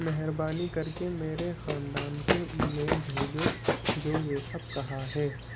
مہربانی کر کے میرے خاندان کو ای میل بھیجو جو یہ سب کہا ہے